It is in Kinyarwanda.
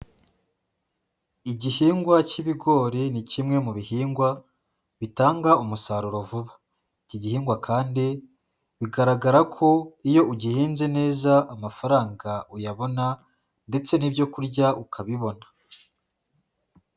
Igihingwa cy'ibigori ni kimwe mu bihingwa bitanga umusaruro vuba. Iki gihingwa kandi bigaragara ko iyo ugihinze neza amafaranga uyabona ndetse n'ibyo kurya ukabibona.